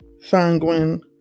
sanguine